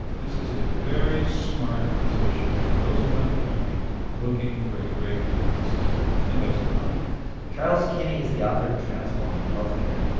this is a very smart physician who goes around the country looking for a great management system and doesn't find one charles kenney is the author of transforming healthcare,